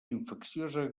infecciosa